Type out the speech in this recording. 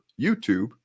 YouTube